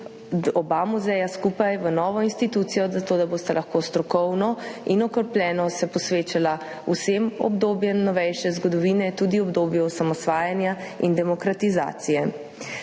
oba muzeja skupaj v novi instituciji, zato da se bosta lahko strokovno in okrepljeno posvečala vsem obdobjem novejše zgodovine, tudi obdobju osamosvajanja in demokratizacije.